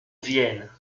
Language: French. vienne